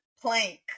plank